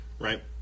right